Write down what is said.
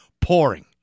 pouring